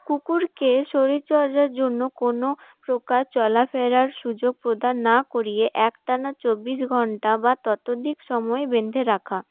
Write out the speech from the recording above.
কুকুরকে শরীর চর্চার জন্য কোন প্রকার চলাফেরার সুযোগ প্রদান না করিয়ে একটানা চব্বিশ ঘণ্টা বা ততধিক সময় বেঁধে রাখা